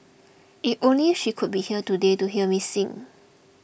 if only she could be here today to hear me sing